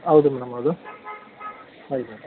ಹೌದು ಮೇಡಮ್ ಹೌದು ಆಯಿತು